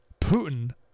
Putin